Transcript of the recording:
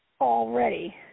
Already